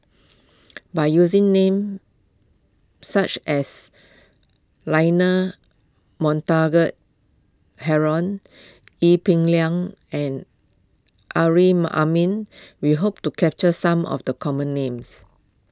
by using names such as Leonard Montague Harrod Ee Peng Liang and Amrin Amin we hope to capture some of the common names